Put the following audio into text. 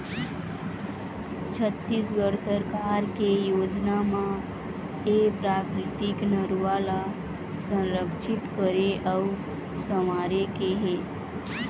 छत्तीसगढ़ सरकार के योजना म ए प्राकृतिक नरूवा ल संरक्छित करे अउ संवारे के हे